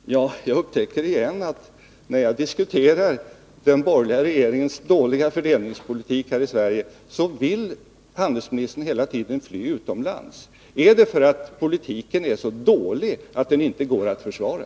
Fru talman! Jag upptäcker återigen att när jag diskuterar den borgerliga regeringens dåliga fördelningspolitik här i Sverige vill handelsministern hela tiden fly utomlands. Är det därför att politiken är så dålig att den inte går att försvara?